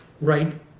Right